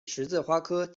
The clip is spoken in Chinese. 十字花科